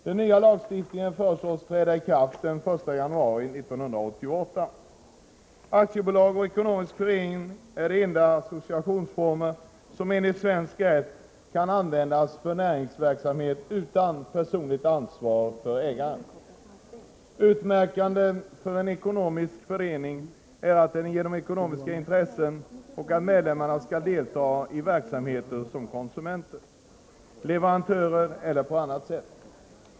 Den nya lagstiftningen föreslås träda i kraft den 1 januari 1988. Aktiebolag och ekonomisk förening är de enda associationsformer som enligt svensk rätt kan användas för näringsverksamhet utan personligt ansvar för ägarna. Utmärkande för en ekonomisk förening är att den genom ekonomisk verksamhet skall främja sina medlemmars ekonomiska intressen och att medlemmarna skall delta i verksamheten som konsumenter, leverantörer eller på annat sätt.